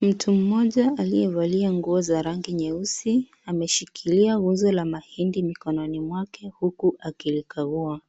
Mtu mmoja aliyevalia nguo za rangi nyeusi ameshikilia uzi la mahindi mkononi mwake huku alkilkagua.